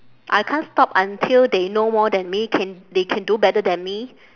I can't stop until they know more than me can they can do better than me